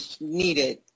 needed